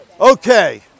Okay